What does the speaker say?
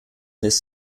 this